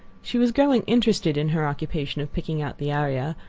she was growing interested in her occupation of picking out the aria,